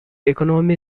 economy